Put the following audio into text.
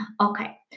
Okay